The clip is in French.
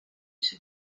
sur